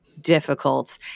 difficult